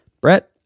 Brett